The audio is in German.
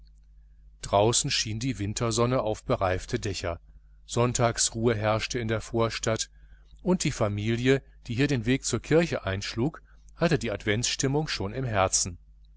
draußen schien die wintersonne auf bereifte dächer sonntagsruhe herrschte in der vorstadt und die familie die hier den weg zur kirche einschlug hatte die adventsstimmung schon im herzen